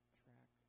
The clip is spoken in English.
track